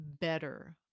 better